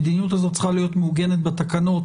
המדיניות הזאת צריכה להיות מעוגנת בתקנות